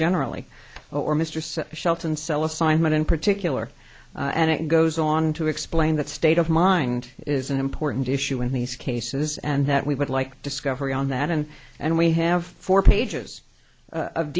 generally or mr shelton cell assignment in particular and it goes on to explain that state of mind is an important issue in these cases and that we would like discovery on that and and we have four pages of